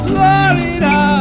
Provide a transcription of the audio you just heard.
Florida